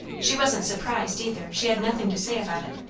she wasn't surprised, either she had nothing to say about it.